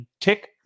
tick